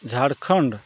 Jharkhand